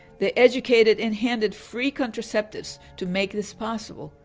they educated in handed free contraceptives to make this possible.